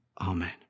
Amen